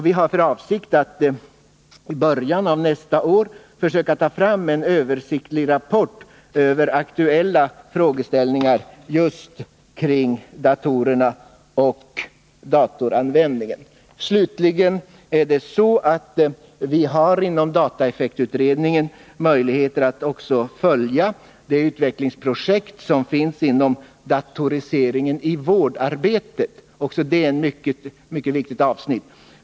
Vi har för avsikt att i början av nästa år försöka ta fram en översiktlig rapport över aktuella frågeställningar just kring datorerna och datoranvändningen. Slutligen vill jag säga att vi inom dataeffektutredningen har möjlighet att följa det utvecklingsprojekt som finns inom det område som rör datoriseringen i vårdarbetet. Också det är ett mycket viktigt avsnitt.